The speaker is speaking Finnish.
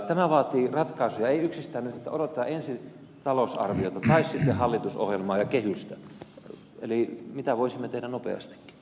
tämä vaatii ratkaisuja ei yksistään niin että odotetaan ensi talousarviota tai sitten hallitusohjelmaa ja kehystä vaan mitä voisimme tehdä nopeastikin